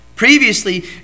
Previously